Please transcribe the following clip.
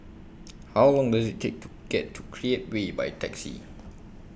How Long Does IT Take to get to Create Way By Taxi